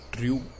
True